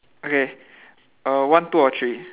okay uh one two or three